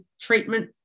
treatment